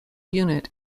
unit